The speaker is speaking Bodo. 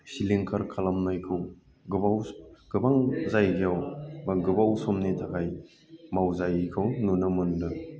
सिलिंखार खालामनायखौ गोबाव गोबां जायगायाव बा गोबाव समनि थाखाय मावजायैखौ नुनो मोनदों